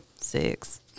Six